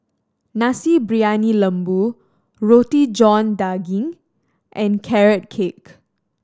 Nasi Briyani Lembu Roti John Daging and Carrot Cake